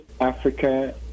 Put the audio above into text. Africa